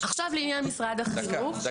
עכשיו, לעניין משרד החינוך.